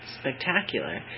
spectacular